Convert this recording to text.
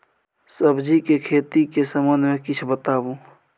सब्जी के खेती के संबंध मे किछ बताबू?